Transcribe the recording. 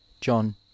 John